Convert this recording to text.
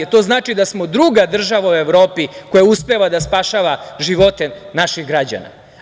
To znači da smo druga država u Evropi koja uspeva da spašava živote naših građana.